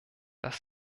das